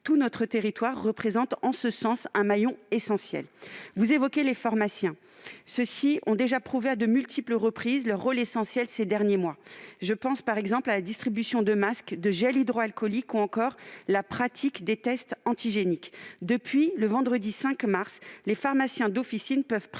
tout notre territoire représentent, en ce sens, un maillon essentiel. Les pharmaciens ont déjà prouvé à de multiples reprises leur rôle essentiel ces derniers mois, par exemple pour la distribution de masques, de gel hydroalcoolique ou encore pour pratiquer des tests antigéniques. Depuis le vendredi 5 mars, les pharmaciens d'officine peuvent prescrire